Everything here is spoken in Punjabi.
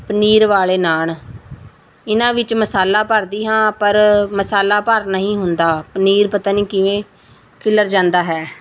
ਪਨੀਰ ਵਾਲੇ ਨਾਨ ਇਹਨਾਂ ਵਿੱਚ ਮਸਾਲਾ ਭਰਦੀ ਹਾਂ ਪਰ ਮਸਾਲਾ ਭਰ ਨਹੀਂ ਹੁੰਦਾ ਪਨੀਰ ਪਤਾ ਨਹੀਂ ਕਿਵੇਂ ਖਿਲਰ ਜਾਂਦਾ ਹੈ